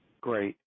Great